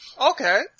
Okay